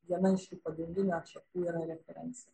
viena iš šių pagrindinių atšakų yra referencija